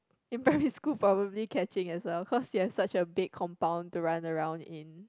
in primary school properly catching itself cause it was such a big compound to run around in